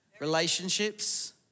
Relationships